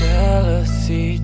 Jealousy